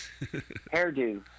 hairdo